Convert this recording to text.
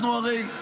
אנחנו הרי,